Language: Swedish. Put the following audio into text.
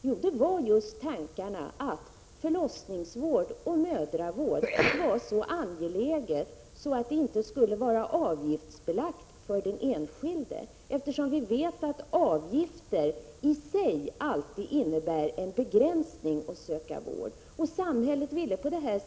Jo, det var just tanken att förlossningsvård och mödravård var så angelägna att de inte skulle vara avgiftsbelagda för den enskilde. Vi vet nämligen att avgifter i sig alltid innebär en begränsning för den enskilde när det gäller att söka vård.